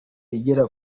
igera